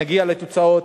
נגיע לתוצאות.